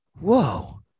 whoa